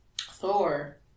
Thor